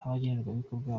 abagenerwabikorwa